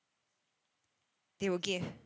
they will give